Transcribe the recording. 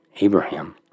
Abraham